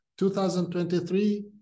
2023